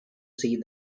see